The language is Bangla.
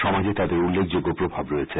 সমাজে তাদের উল্লেখযোগ্য প্রভাব রয়েছে